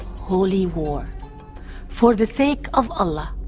holy war for the sake of allah